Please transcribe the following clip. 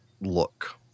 look